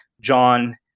John